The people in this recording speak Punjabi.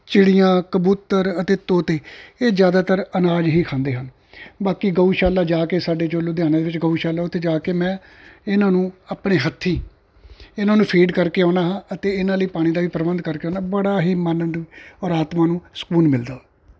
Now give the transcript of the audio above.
ਚਿੜੀਆਂ ਕਬੂਤਰ ਅਤੇ ਤੋਤੇ ਇਹ ਜ਼ਿਆਦਾਤਰ ਅਨਾਜ ਹੀ ਖਾਂਦੇ ਹਨ ਬਾਕੀ ਗਊਸ਼ਾਲਾ ਜਾ ਕੇ ਸਾਡੇ ਜੋ ਲੁਧਿਆਣੇ ਦੇ ਵਿੱਚ ਗਊਸ਼ਾਲਾ ਉੱਥੇ ਜਾ ਕੇ ਮੈਂ ਇਹਨਾਂ ਨੂੰ ਆਪਣੇ ਹੱਥੀਂ ਇਹਨਾਂ ਨੂੰ ਫੀਡ ਕਰਕੇ ਆਉਂਦਾ ਹਾਂ ਅਤੇ ਇਹਨਾਂ ਲਈ ਪਾਣੀ ਦਾ ਵੀ ਪ੍ਰਬੰਧ ਕਰਕੇ ਵੀ ਆਉਂਦਾ ਬੜਾ ਹੀ ਮਨ ਡ ਔਰ ਆਤਮਾ ਨੂੰ ਸਕੂਨ ਮਿਲਦਾ